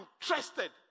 interested